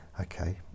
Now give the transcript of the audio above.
Okay